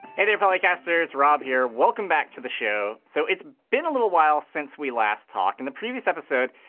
hey there, polycasters. rob here. welcome back to the show. so it's been a little while since we last talked. in the previous episode,